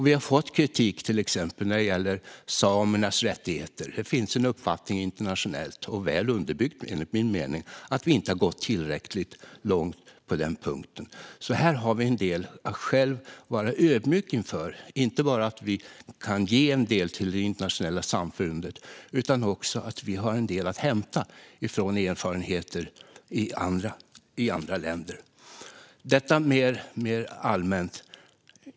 Vi har fått kritik till exempel när det gäller samernas rättigheter. Internationellt finns en uppfattning, som enligt min mening är väl underbyggd, att vi inte har gått tillräckligt långt på den punkten. Här har vi alltså en del att själva vara ödmjuka inför. Det handlar inte bara om att vi kan ge något till det internationella samfundet utan också om att vi har en del att hämta från erfarenheter i andra länder. Detta var mer allmänt.